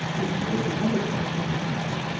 if you go to other parts of the country,